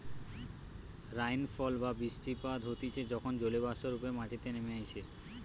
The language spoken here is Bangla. রাইনফল বা বৃষ্টিপাত হতিছে যখন জলীয়বাষ্প রূপে মাটিতে নেমে আইসে